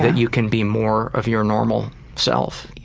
you can be more of your normal self.